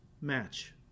match